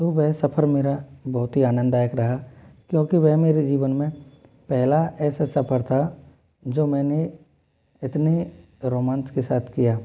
तो वह सफर मेरा बहुत ही आनंददायक रहा क्योंकि वह मेरे जीवन में पहला ऐसा सफर था जो मैंने इतने रोमांच के साथ किया